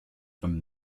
from